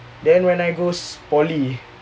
then when I goes poly